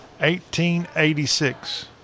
1886